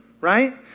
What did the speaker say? Right